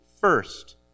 first